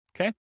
Okay